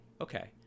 okay